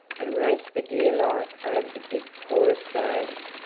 and raced for dear life over the big porous stones,